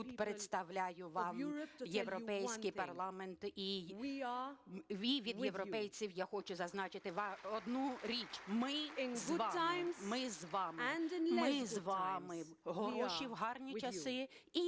тут представляю вам Європейський парламент і від європейців я хочу зазначити одну річ – ми з вами, ми з вами, ми з вами в хороші, в гарні часи